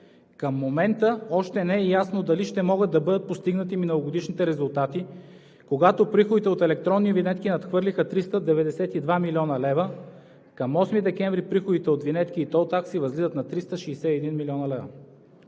Към момента още не е ясно дали ще могат да бъдат постигнати миналогодишните резултати, когато приходите от електронни винетки надхвърлиха 392 млн. лв. Към 8 декември приходите от винетки и тол такси възлизат на 361 млн. лв.